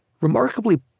remarkably